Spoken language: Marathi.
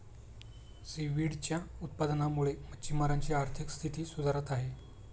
सीव्हीडच्या उत्पादनामुळे मच्छिमारांची आर्थिक स्थिती सुधारत आहे